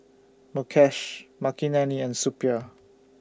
Mukesh Makineni and Suppiah